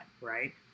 right